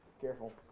Careful